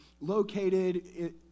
located